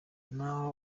naho